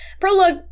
Prologue